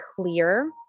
clear